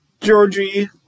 Georgie